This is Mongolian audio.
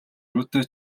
юутай